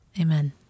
Amen